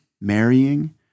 marrying